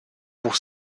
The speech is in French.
pour